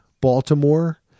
Baltimore